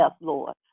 Lord